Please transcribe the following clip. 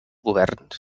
governs